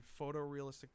photorealistic